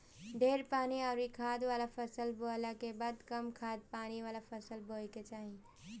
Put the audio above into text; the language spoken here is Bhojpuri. ढेर पानी अउरी खाद वाला फसल बोअला के बाद कम खाद पानी वाला फसल बोए के चाही